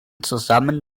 zusammen